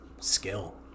skill